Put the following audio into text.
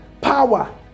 power